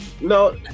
No